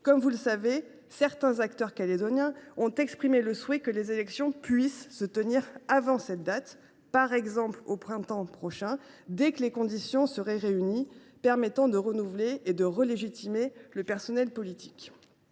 Comme vous le savez, certains acteurs néo calédoniens ont exprimé le souhait que les élections puissent se tenir plus tôt, par exemple au printemps prochain, dès que les conditions pour renouveler et relégitimer le personnel politique